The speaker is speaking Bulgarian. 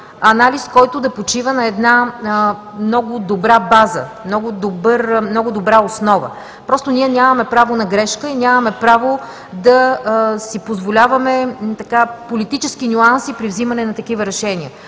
който да почива на една много добра база, много добра основа. Ние нямаме право на грешка и нямаме право да си позволяваме политически нюанси при взимане на такива решения.